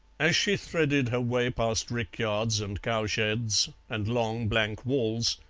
as she threaded her way past rickyards and cowsheds and long blank walls,